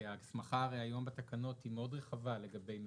כי ההסמכה הרי היום בתקנות היא מאוד רחבה לגבי מפקחים,